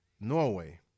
Norway